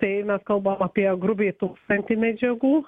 tai eina kalbam apie grubiai tūkstantį medžiagų